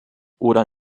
oder